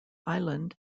island